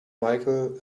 micheal